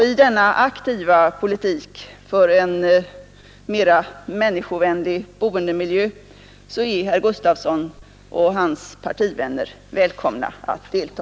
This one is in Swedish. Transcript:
I denna aktiva politik för en mera människovänlig boendemiljö är herr Gustavsson i Alvesta och hans partivänner välkomna att delta.